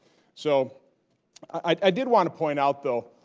so i did want to point out though,